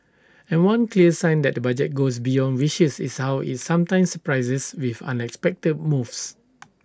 and one clear sign that the budget goes beyond wishes is how IT sometimes surprises with unexpected moves